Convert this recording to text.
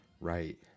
right